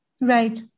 Right